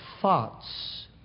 thoughts